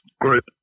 group